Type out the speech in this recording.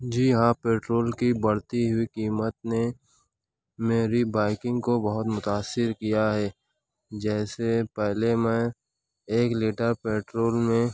جی ہاں پیٹرول کی بڑھتی ہوئی قیمت نے میری بائیکنگ کو بہت متاثر کیا ہے جیسے پہلے میں ایک لیٹر پیٹرول میں